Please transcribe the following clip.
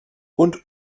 und